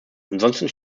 ansonsten